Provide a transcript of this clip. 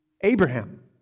Abraham